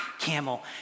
camel